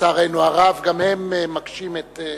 לצערנו הרב, גם הם מקשים את,